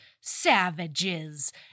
savages